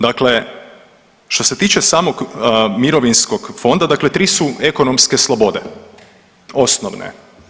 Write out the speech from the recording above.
Dakle što se tiče samog mirovinskog fonda, dakle 3 su ekonomske slobode osnovne.